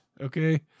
okay